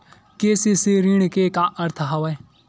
KCC ऋण के का अर्थ हवय?